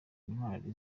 intwari